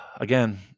Again